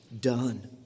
done